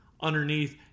underneath